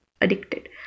addicted